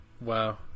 wow